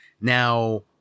Now